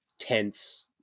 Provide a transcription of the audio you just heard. tense